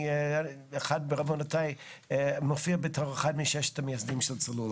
באחד מעוונותיי אני מופיע בתור אחד מששת המייסדים של "צלול",